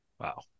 Wow